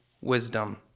wisdom